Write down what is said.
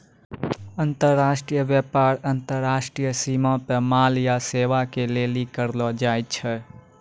अन्तर्राष्ट्रिय व्यापार अन्तर्राष्ट्रिय सीमा पे माल या सेबा के लेली करलो जाय छै